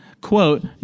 quote